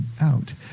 out